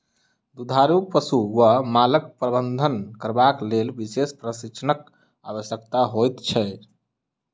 दुधारू पशु वा मालक प्रबंधन करबाक लेल विशेष प्रशिक्षणक आवश्यकता होइत छै